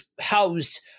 housed